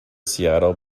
seattle